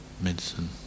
medicine